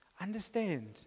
understand